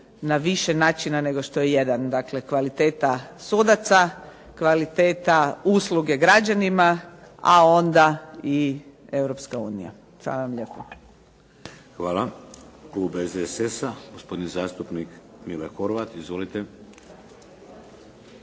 na više načina nego što je jedan. Dakle, kvaliteta sudaca, kvaliteta usluge građanima, a onda i Europska unija. Hvala vam lijepo. **Šeks, Vladimir (HDZ)** Hvala. Klub SDSS-a, gospodin zastupnik Mile Horvat. Izvolite.